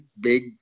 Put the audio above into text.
big